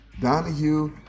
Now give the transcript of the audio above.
Donahue